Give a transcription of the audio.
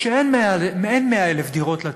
שאין 100,000 דירות לתת,